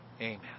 amen